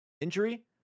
injury